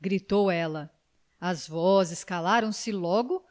gritou ela as vozes calaram-se logo